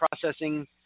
processing